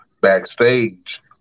backstage